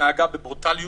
התנהגה בברוטליות,